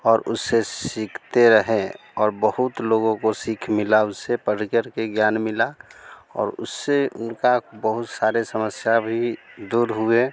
और उसे सीखते रहे और बहुत लोगों को सीख मिली उससे पढ़ करके ज्ञान मिला और उससे उनका बहुत सारे समस्या भी दूर हुए